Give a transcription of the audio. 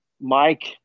Mike